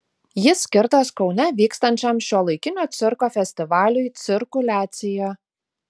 jis skirtas kaune vykstančiam šiuolaikinio cirko festivaliui cirkuliacija